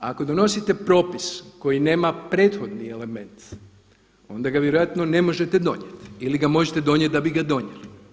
Ako donosite propis koji nema prethodni element onda ga vjerojatno ne možete donijeti ili ga možete donijeti da bi ga donijeli.